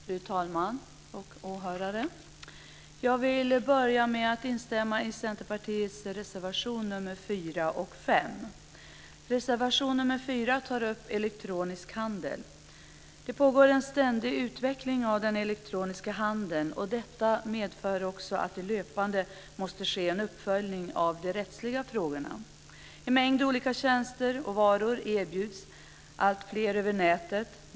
Fru talman, åhörare! Jag börjar med att instämma i Centerpartiets reservationer nr 4 och 5. I reservation nr 4 berörs elektronisk handel. Det pågår en ständig utveckling av den elektroniska handeln, vilket innebär att det löpande måste ske en uppföljning av de rättsliga frågorna. En mängd olika tjänster och varor erbjuds över nätet till alltfler.